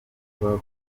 agomba